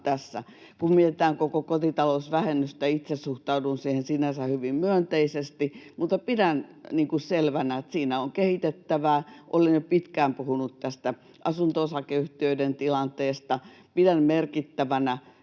Kun mietitään koko kotitalousvähennystä, niin itse suhtaudun siihen sinänsä hyvin myönteisesti, mutta pidän selvänä, että siinä on kehitettävää. Olen jo pitkään puhunut tästä asunto-osakeyhtiöiden tilanteesta. Pidän merkittävänä,